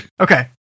Okay